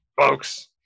folks